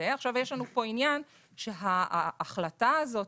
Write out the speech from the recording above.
ויש לנו פה עניין שההחלטה הזאת,